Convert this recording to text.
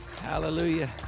Hallelujah